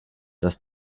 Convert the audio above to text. das